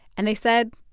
and they said,